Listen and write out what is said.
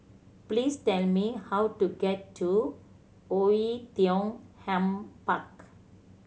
please tell me how to get to Oei Tiong Ham Park